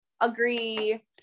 agree